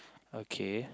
okay